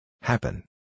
Happen